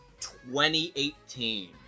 2018